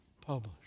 published